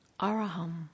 Araham